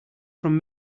from